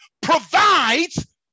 provides